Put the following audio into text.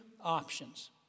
options